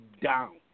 down